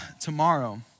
tomorrow